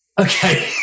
Okay